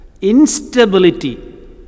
instability